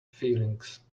feelings